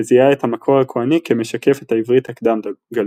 וזיהה את המקור הכהני כמשקף את העברית הקדם־גלותית.